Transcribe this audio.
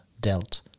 dealt